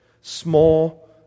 small